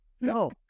No